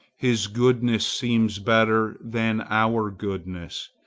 his goodness seems better than our goodness,